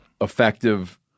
effective